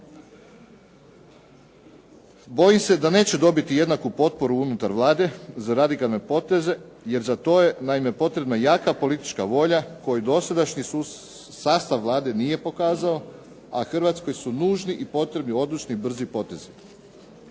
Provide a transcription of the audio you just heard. Bojim se da neće dobiti jednaku potporu unutar Vlade za radikalne poteze jer za to je naime potrebna jaka politička volja koju dosadašnji sastav Vlade nije pokazao a Hrvatskoj su nužni i potrebni odlučni i brzi potezi.